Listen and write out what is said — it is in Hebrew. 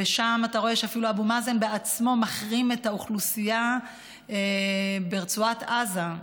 ושם אתה רואה שאפילו אבו מאזן בעצמו מחרים את האוכלוסייה ברצועת עזה.